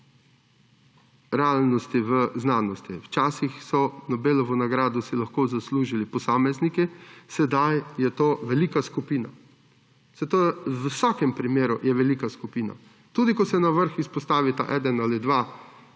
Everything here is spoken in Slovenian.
realnosti v znanosti. Včasih so si Nobelovo nagrado lahko zaslužili posamezniki, sedaj je to velika skupina. Saj v vsakem primeru je to velika skupina, tudi ko se na vrhu izpostavita eden ali dva,